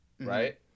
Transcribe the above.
right